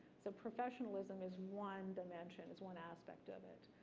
so professionalism is one dimension, is one aspect of it,